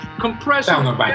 compression